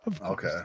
Okay